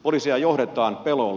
poliisia johdetaan pelolla